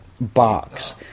box